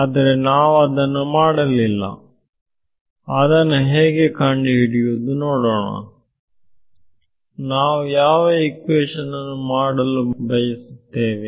ಆದರೆ ನಾವು ಅದನ್ನು ಮಾಡಲಿಲ್ಲ ಅದನ್ನು ಹೇಗೆ ಕಂಡುಹಿಡಿಯುವುದು ನೋಡೋಣ ನಾವು ಯಾವ ಈಕ್ವೇಶನ್ ನನ್ನು ಮಾಡಲು ಬಯಸುತ್ತೇನೆ